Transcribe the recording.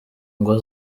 ngo